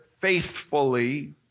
faithfully